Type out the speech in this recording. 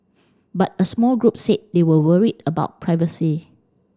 but a small group said they were worried about privacy